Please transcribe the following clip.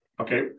Okay